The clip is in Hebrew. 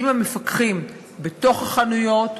עם המפקחים בתוך החנויות,